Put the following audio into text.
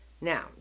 Now